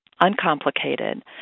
uncomplicated